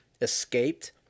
escaped